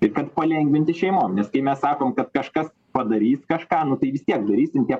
ir kad palengvinti šeimom nes kai mes sakom kad kažkas padarys kažką nu tai vis tiek darysim tie